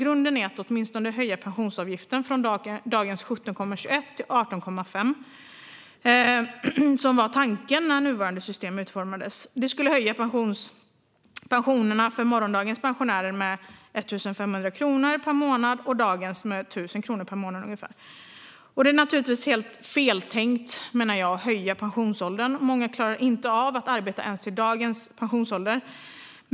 Grunden är att höja pensionsavgiften från dagens 17,21 till åtminstone 18,5, som var tanken när nuvarande system utformades. Det skulle höja pensionerna för morgondagens pensionärer med 1 500 kronor per månad och dagens pensionärer med 1 000 kronor per månad. Det är naturligtvis helt feltänkt, menar jag, att höja pensionsåldern. Många klarar inte av att arbeta ens till dagens pensionsålder.